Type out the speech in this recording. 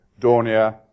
Dornier